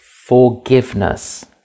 forgiveness